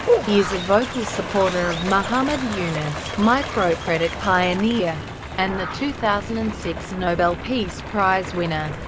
he is a vocal supporter of muhammad yunus, microcredit pioneer and the two thousand and six nobel peace prize winner.